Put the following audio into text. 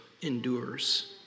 endures